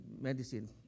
medicine